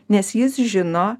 nes jis žino